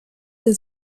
der